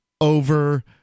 over